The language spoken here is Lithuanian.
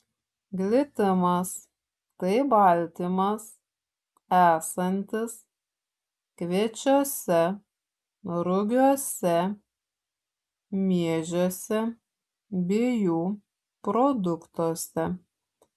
glitimas tai baltymas esantis kviečiuose rugiuose miežiuose bei jų produktuose